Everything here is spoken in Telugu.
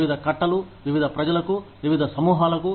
వివిధ కట్టలు వివిధ ప్రజలకు వివిధ సమూహాలకు